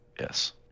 Yes